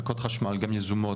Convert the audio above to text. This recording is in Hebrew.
שכולן מתעסקות באנרגיות ירוקות,